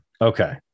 Okay